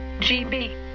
GB